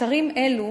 אתרים אלו